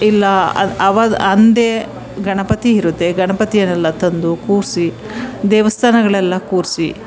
ಇಲ್ಲ ಅದು ಅವಾಗ ಅಂದೇ ಗಣಪತಿ ಇರುತ್ತೆ ಗಣಪತಿಯನ್ನೆಲ್ಲ ತಂದು ಕೂರಿಸಿ ದೇವಸ್ಥಾನಗಳೆಲ್ಲ ಕೂರಿಸಿ